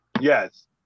Yes